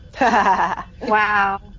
Wow